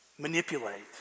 manipulate